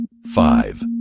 five